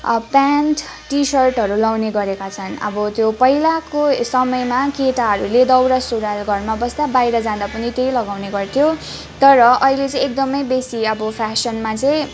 pant T सर्टहरू लाउने गरेका छन् अब त्यो पहिलाको समयमा केटाहरूले दौरा सुरुवाल घरमा बस्दा बाहिर जाँदा पनि त्यही लगाउने गर्थ्यो तर अहिले चाहिँ एकदमै बेसी अब फेसनमा चाहिँ